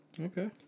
Okay